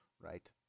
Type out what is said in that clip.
Right